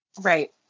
Right